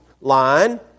line